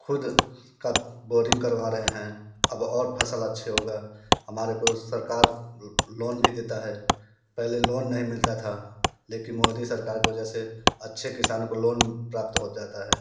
खुद का बोरिंग करवा रहे हैं अब और फसल अच्छे होगा हमारे को सरकार लोन भी देता है पहले लोन नही मिलता था लेकिन मोदी सरकार के वजह से अच्छे किसानों को लोन प्राप्त हो जाता है